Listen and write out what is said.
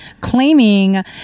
claiming